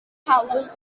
houses